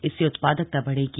इससे उत्पादकता बढ़ेगी